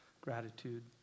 gratitude